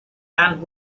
and